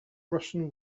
russian